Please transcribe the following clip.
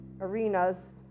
arenas